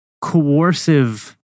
coercive